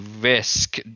risk